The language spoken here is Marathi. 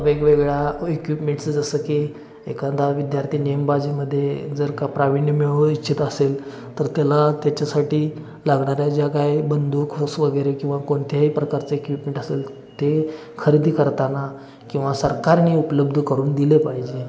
वेगवेगळ्या इक्विपमेंट्स जसं की एखादा विद्यार्थी नेमबाजीमध्ये जर का प्राविण्य मिळवू इच्छित असेल तर त्याला त्याच्यासाठी लागणाऱ्या ज्या काय बंदूखोस वगैरे किंवा कोणत्याही प्रकारचे इक्विपमेंट असेल ते खरेदी करताना किंवा सरकारने उपलब्ध करून दिलं पाहिजे